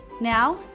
Now